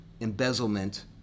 embezzlement